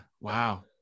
Wow